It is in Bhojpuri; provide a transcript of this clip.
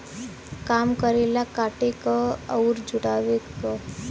काम करेला काटे क अउर जुटावे क